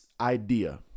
idea